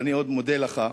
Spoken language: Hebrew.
ואני מאוד מודה לך,